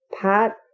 Pat